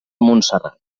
montserrat